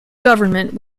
government